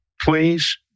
please